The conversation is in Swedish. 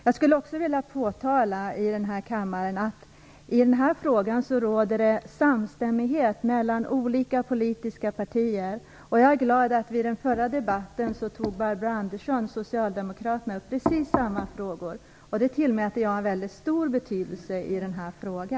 Jag vill också i denna kammare påtala att det i denna fråga råder samstämmighet mellan olika politiska partier. Jag är glad att Barbro Andersson från Socialdemokraterna i den förra debatten tog upp precis samma frågor. Det tillmäter jag en mycket stor betydelse i denna fråga.